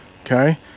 okay